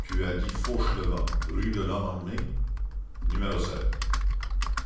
tu as dit fauchelevent rue de lhomme armé numéro